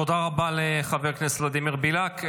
תודה רבה לחבר הכנסת ולדימיר בליאק.